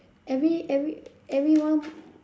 every every everyone